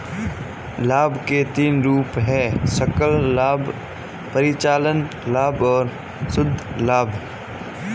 लाभ के तीन रूप हैं सकल लाभ, परिचालन लाभ और शुद्ध लाभ